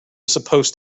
supposed